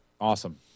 awesome